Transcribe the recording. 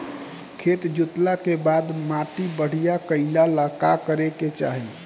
खेत जोतला के बाद माटी बढ़िया कइला ला का करे के चाही?